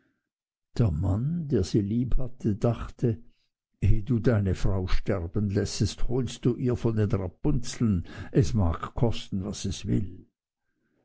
der mann der sie lieb hatte dachte eh du deine frau sterben lässest holst du ihr von den rapunzeln es mag kosten was es will